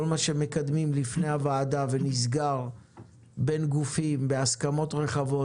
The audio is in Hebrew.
כל מה שמקדמים לפני הוועדה ונסגר בין גופים בהסכמות רחבות